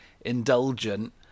indulgent